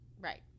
Right